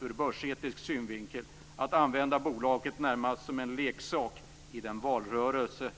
ur börsetisk synvinkel att man har använt bolaget närmast som en leksak i detta års valrörelse.